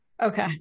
Okay